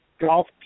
golf